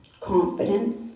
confidence